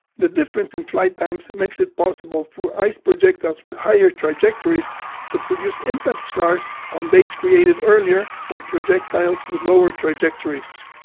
the difference in flight times makes it possible for ice projectiles with higher trajectories to produce impact scars on bays created earlier by projectiles with lower trajectories.